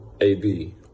AB